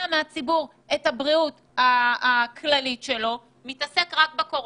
מהציבור את הבריאות הכללית שלו ומתעסק רק בקורונה.